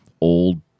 old